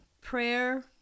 prayer